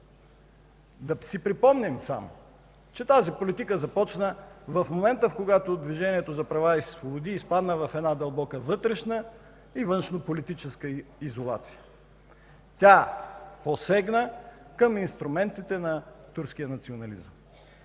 Да си припомним само, че тази политика започна в момента, когато Движението за права и свободи изпадна в една дълбока вътрешна и външнополитическа изолация. Тя посегна към инструментите на турския национализъм.